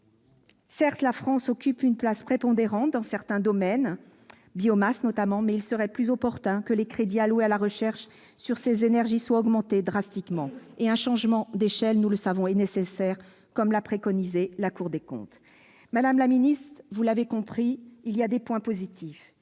Certes, la France occupe une place prépondérante dans certains domaines, comme la biomasse, mais il serait plus opportun que les crédits alloués à la recherche sur ces énergies soient augmentés drastiquement. De plus, un changement d'échelle est nécessaire, comme l'a préconisé la Cour des comptes. Madame la ministre, vous l'avez compris, nous relevons des points positifs,